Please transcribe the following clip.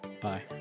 Bye